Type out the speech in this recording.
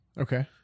Okay